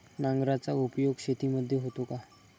नांगराचा उपयोग शेतीमध्ये होतो का?